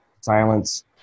silence